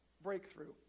breakthrough